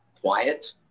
Quiet